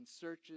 searches